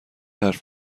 حرف